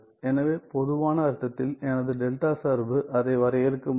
எனவே பொதுவான அர்த்தத்தில் எனது டெல்டா சார்பு அதை வரையறுக்க முடியும்